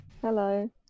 Hello